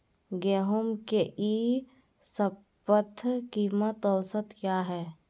गेंहू के ई शपथ कीमत औसत क्या है?